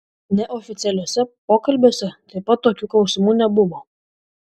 neoficialiuose pokalbiuose taip pat tokių klausimų nebuvo